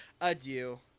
adieu